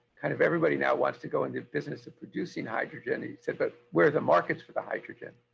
kind of everybody now wants to go in the business of producing hydrogen. he said, but where are the markets for the hydrogen?